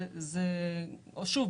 שוב,